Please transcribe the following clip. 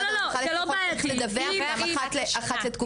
משרד הרווחה צריך לדווח גם אחת לתקופה לוועדה.